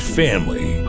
family